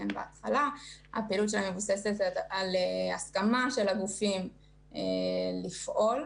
פעילות שמבוססת על הסכמת הגופים לפעול,